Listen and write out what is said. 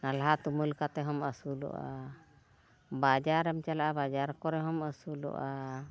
ᱱᱟᱞᱦᱟ ᱛᱩᱢᱟᱹᱞ ᱠᱟᱛᱮᱦᱚᱸᱢ ᱟᱹᱥᱩᱞᱚᱜᱼᱟ ᱵᱟᱡᱟᱨᱮᱢ ᱪᱟᱞᱟᱜᱼᱟ ᱵᱟᱡᱟᱨ ᱠᱚᱨᱮᱦᱚᱸᱢ ᱟᱹᱥᱩᱞᱚᱜᱼᱟ